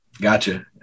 gotcha